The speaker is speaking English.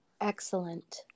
Excellent